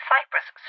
Cyprus